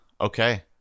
okay